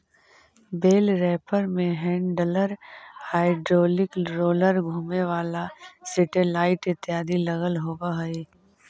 बेल wrapper में handler, hydraulic roller, घुमें वाला सेटेलाइट इत्यादि लगल होवऽ हई